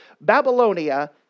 Babylonia